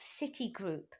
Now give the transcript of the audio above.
Citigroup